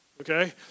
Okay